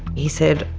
he said,